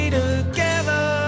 together